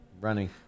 running